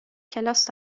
کلاس